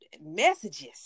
messages